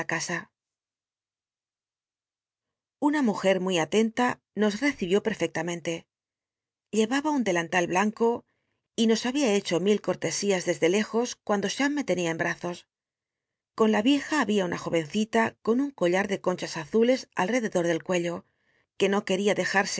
na mujer muy atenta nos t'ecibió pctfectamentc lleraba un delantal blanco y nos había h echo mil cortesías dcsdclcjos cuando cham me tenia cu htazos con la yic ia había una jovencita con un col hu d e conchas awles alr ededor del cuello que no queria dejarse